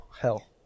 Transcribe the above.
Hell